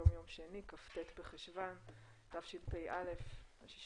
היום יום שני כ"ט בחשוון התשפ"א, 16